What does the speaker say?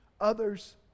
other's